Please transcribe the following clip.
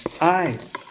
eyes